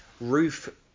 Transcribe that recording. Roof